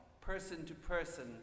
person-to-person